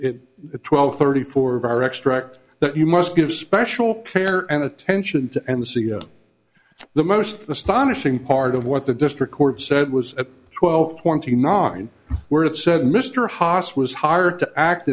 at twelve thirty four of our extract that you must give special care and attention to and the c e o the most astonishing part of what the district court said was at twelve twenty nine where it said mr haas was hired to act